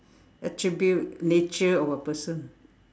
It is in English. attribute nature of a person